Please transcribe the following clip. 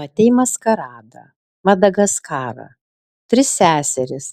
matei maskaradą madagaskarą tris seseris